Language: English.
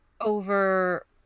over